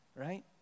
right